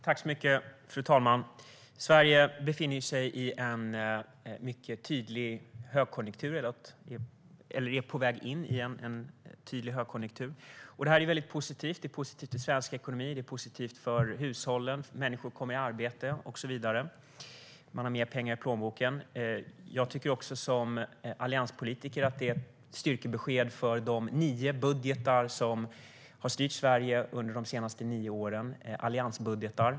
Fru talman! Sverige är på väg in i en tydlig högkonjunktur. Det är mycket positivt. Det är positivt för svensk ekonomi, och det är positivt för hushållen. Människor kommer i arbete, de har mer pengar i plånboken och så vidare. Som allianspolitiker tycker jag att det är ett styrkebesked för de nio budgetar som har styrt Sverige under de senaste nio åren - alliansbudgetar.